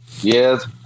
Yes